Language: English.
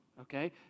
okay